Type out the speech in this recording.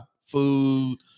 food